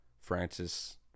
Francis